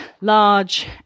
large